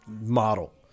model